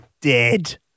dead